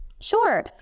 Sure